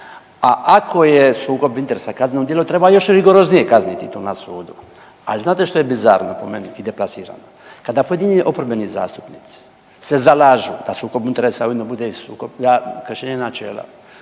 a ako je sukob interesa kazneno djelo treba još rigoroznije kazniti to na sudu. Ali znate što je bizarno po meni i deplasirano kada pojedini oporbeni zastupnici se zalažu da sukob interesa ovime bude i sukob, kršenje načela